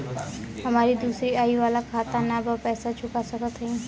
हमारी दूसरी आई वाला खाता ना बा पैसा चुका सकत हई?